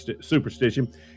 superstition